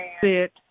sit